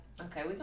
Okay